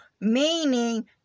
meaning